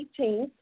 18th